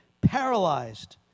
paralyzed